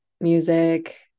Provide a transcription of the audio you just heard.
music